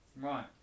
Right